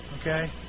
Okay